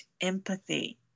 empathy